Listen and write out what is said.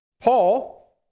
Paul